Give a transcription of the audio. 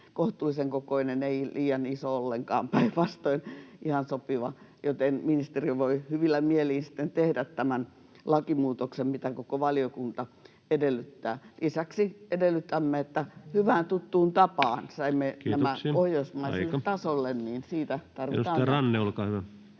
kohtuullisen kokoinen, ei liian iso ollenkaan vaan päinvastoin ihan sopiva, joten ministeriö voi hyvillä mielin sitten tehdä tämän lakimuutoksen, mitä koko valiokunta edellyttää. Lisäksi edellytämme, että hyvään, [Puhemies: Kiitoksia, aika!] tuttuun tapaan saamme nämä pohjoismaiselle tasolle. Siitä tarvitaan ratkaisu. Edustaja Ranne, olkaa hyvä.